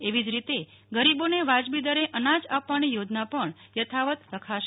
એવી જ રીતે ગરીબોને વાજબી દરે અનાજ આપવાની યોજના પણ યથાવત્ રખાશે